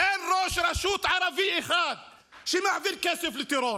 אין ראש רשות ערבי אחד שמעביר כסף לטרור.